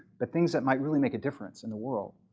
but things that might really make a difference in the world.